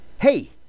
Hey